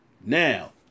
Now